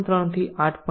3 થી 8